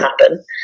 happen